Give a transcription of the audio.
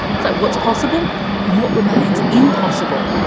so what's possible and what remains impossible?